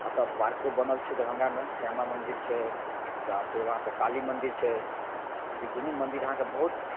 एतय पार्को बनल छै दरभंगामे श्यामा मन्दिर छै फेर वहाँपर काली मन्दिर छै ई दुनू मन्दिर अहाँके बहुत